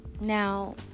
Now